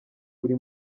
buri